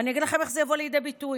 ואני אגיד לכם איך זה יבוא לידי ביטוי: